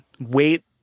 wait